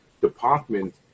department